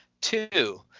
Two